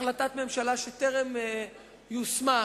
החלטת ממשלה שטרם יושמה,